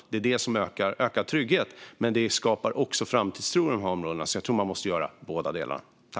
Det är det som ökar tryggheten, men det skapar också framtidstro i de här områdena. Därför tror jag att man måste göra båda delarna.